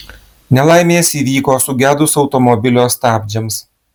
nelaimės įvyko sugedus automobilio stabdžiams